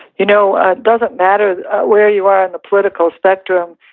you know ah doesn't matter where you are on the political spectrum.